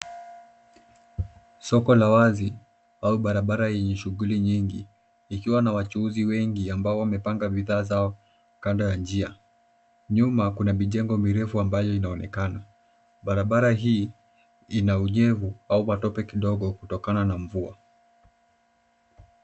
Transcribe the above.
Soko la wazi au barabara yenye shughuli nyingi ikiwa na wachuuzi wengi ambao wamepanga bidhaa zao kando ya njia. Nyuma kuna mijengo mirefu ambayo inaonekana. Barabara hii ina unyevu au matope kidogo kutokana na mvua.